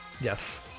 yes